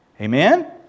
Amen